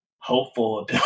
hopeful